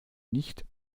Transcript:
nicht